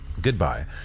Goodbye